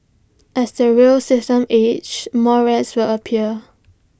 as the rail system ages more rats will appear